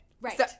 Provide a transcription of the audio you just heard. Right